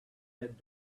had